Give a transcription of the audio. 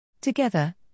Together